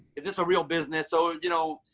is this a real business? so, you know,